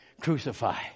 Crucify